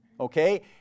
okay